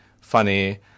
funny